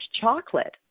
chocolate